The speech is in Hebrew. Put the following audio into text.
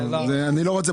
אני לא רוצה.